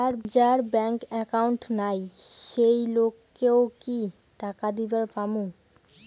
যার bank account নাই সেই লোক কে ও কি টাকা দিবার পামু?